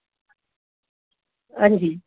अंजी